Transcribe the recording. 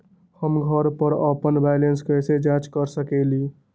हम घर पर अपन बैलेंस कैसे जाँच कर सकेली?